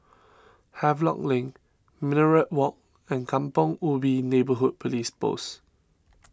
Havelock Link Minaret Walk and Kampong Ubi Neighbourhood Police Post